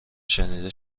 شنیده